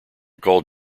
called